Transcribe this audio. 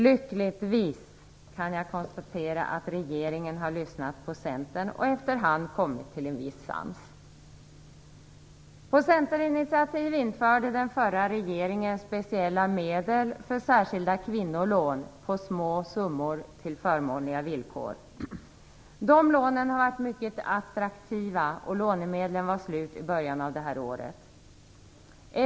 Lyckligtvis kan jag konstatera att regeringen har lyssnat på Centern och efter hand kommit till en viss sans. På centerinitiativ införde den förra regeringen speciella medel för särskilda kvinnolån på små summor till förmånliga villkor. Dessa lån har varit mycket attraktiva, och lånemedlen var slut i början av det här året.